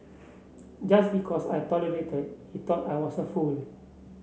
just because I tolerated he thought I was a fool